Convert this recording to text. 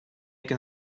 can